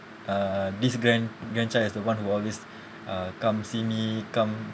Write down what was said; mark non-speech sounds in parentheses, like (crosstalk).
uh this grand grandchild is the one who always (breath) uh come see me come